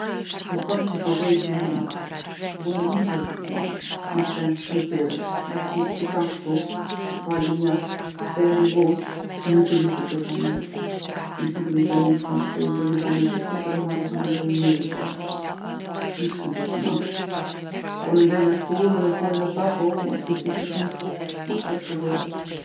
M'than që po boj zhurrmë natën, po une nuk boj zhurrmë natën. Na flejm shumë herët edhe fmitë si kam ktu. dalin jashtë, kthehen vonë. Nuk e di se ku e kanë ni atë zhurrëm. Me siguri kan ni prej ndonjë banese tjetër edhe mandej po na lojin neve fajin. Shumë t'çuditshëm a! Po mendoj me shku edhe me folë me ta po mos pi prishi puntë, ma ka keq po bohet.